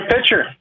pitcher